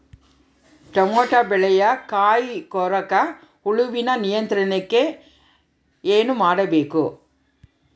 Tomato ಬೆಳೆಯ ಕಾಯಿ ಕೊರಕ ಹುಳುವಿನ ನಿಯಂತ್ರಣಕ್ಕೆ ಏನು ಮಾಡಬೇಕು?